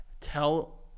Tell